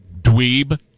dweeb